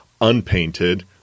unpainted